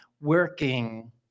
working